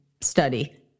study